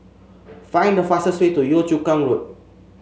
find the fastest way to Yio Chu Kang Road